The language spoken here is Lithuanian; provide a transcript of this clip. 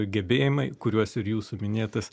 gebėjimai kuriuos ir jūsų minėtas